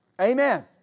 Amen